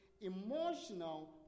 emotional